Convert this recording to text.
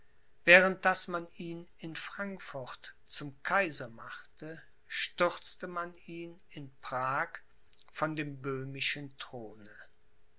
während daß man ihn in frankfurt zum kaiser machte stürzte man ihn in prag von dem böhmischen throne